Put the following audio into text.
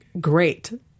great